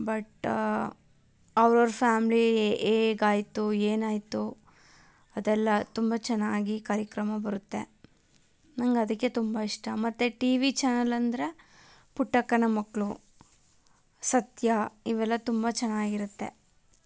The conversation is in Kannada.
ಬಟ್ ಅವ್ರವ್ರ ಫ್ಯಾಮ್ಲಿ ಹೇಗಾಯ್ತು ಏನಾಯಿತು ಅದೆಲ್ಲ ತುಂಬ ಚೆನ್ನಾಗಿ ಕಾರ್ಯಕ್ರಮ ಬರುತ್ತೆ ನಂಗೆ ಅದಕ್ಕೆ ತುಂಬ ಇಷ್ಟ ಮತ್ತು ಟಿ ವಿ ಚಾನೆಲ್ ಅಂದರೆ ಪುಟ್ಟಕ್ಕನ ಮಕ್ಕಳು ಸತ್ಯ ಇವೆಲ್ಲ ತುಂಬ ಚೆನ್ನಾಗಿರುತ್ತೆ